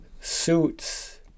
suits